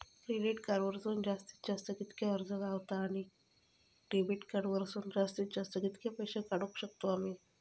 Credit card वरसून जास्तीत जास्त कितक्या कर्ज गावता, आणि डेबिट कार्ड वरसून जास्तीत जास्त कितके पैसे काढुक शकतू आम्ही?